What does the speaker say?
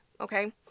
Okay